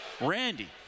Randy